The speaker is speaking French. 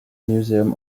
museum